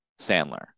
Sandler